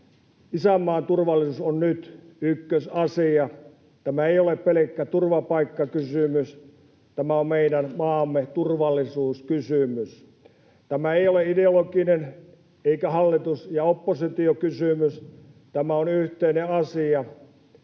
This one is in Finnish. Isänmaan turvallisuus on nyt ykkösasia. Tämä ei ole pelkkä turvapaikkakysymys, tämä on meidän maamme turvallisuuskysymys. Tämä ei ole ideologinen eikä hallitus- ja oppositiokysymys, tämä on yhteinen asia.